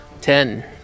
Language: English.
Ten